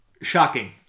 Shocking